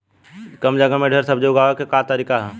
कम जगह में ढेर सब्जी उगावे क का तरीका ह?